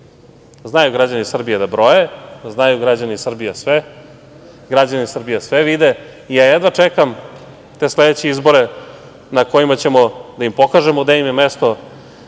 Znaju građani Srbije da broje, znaju građani Srbije sve, građani Srbije sve vide. Ja jedva čekam te sledeće izbore na kojima ćemo da im pokažemo gde im je mesto,